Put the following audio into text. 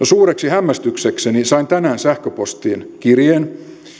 suureksi hämmästyksekseni sain tänään sähköpostiin kirjeen